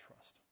trust